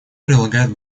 прилагает